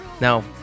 now